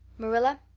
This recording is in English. marilla,